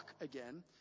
again